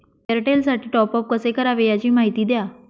एअरटेलसाठी टॉपअप कसे करावे? याची माहिती द्या